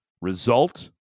result